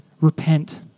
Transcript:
Repent